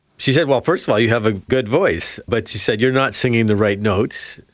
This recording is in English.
she said, well, first of all you have a good voice, but she said you're not singing the right notes.